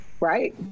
right